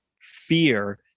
fear